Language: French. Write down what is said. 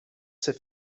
ses